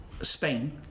Spain